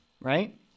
right